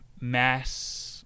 mass